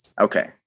Okay